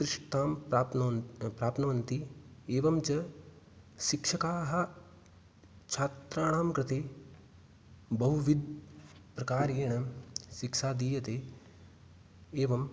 उत्कृष्टतां प्राप्नन् प्राप्नुवन्ति एवञ्च शिक्षकाः छात्राणां कृते बहुविधप्रकारेण शिक्षा दीयते एवं